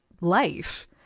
life